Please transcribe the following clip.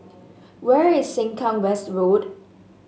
where is Sengkang West Road